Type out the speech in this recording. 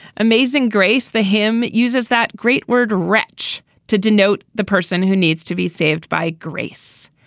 amazing grace. the hymn uses that great word wretch to denote the person who needs to be saved by grace.